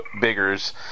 Biggers